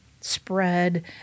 spread